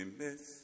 miss